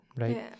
right